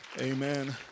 Amen